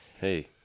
Hey